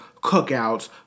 cookouts